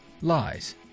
lies